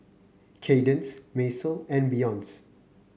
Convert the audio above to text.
Kaydence Macel and Beyonce